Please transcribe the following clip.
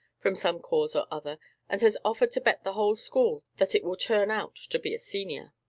from some cause or other and has offered to bet the whole school that it will turn out to be a senior.